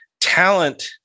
talent